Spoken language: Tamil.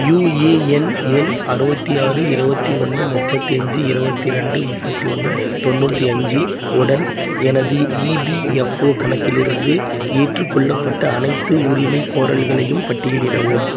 யூஏஎன் எண் அறுபத்தி ஆறு இருபத்தி ஒன்று முப்பத்தஞ்சு இருபத்தி ரெண்டு முப்பத்தி ஒன்று தொண்ணூற்றி அஞ்சு உடன் எனது இபிஎஃப்ஓ கணக்கிலிருந்து ஏற்றுக்கொள்ளப்பட்ட அனைத்து உரிமைகோரல்களையும் பட்டியலிடவும்